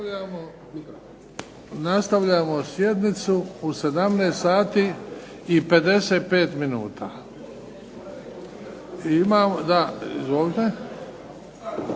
Nastavljamo sjednicu u 17